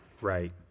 right